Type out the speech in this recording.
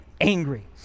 angry